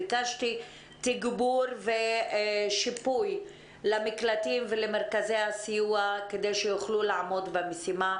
ביקשתי תגבור ושיפוי למקלטים ולמרכזי הסיוע כדי שיוכלו לעמוד במשימה,